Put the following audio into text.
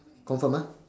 confirm ah